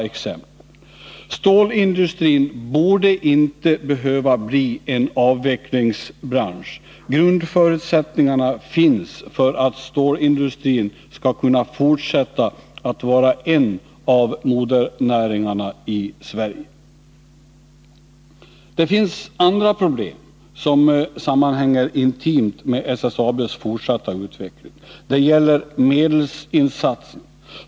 Stålindustrin borde inte behöva bli en avvecklingsbransch. Grundförut sättningarna finns för att stålindustrin skall kunna fortsätta att vara en av modernäringarna i Sverige. Det finns andra problem som intimt sammanhänger med SSAB:s fortsatta utveckling. Det gäller medelsinsatsen.